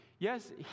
Yes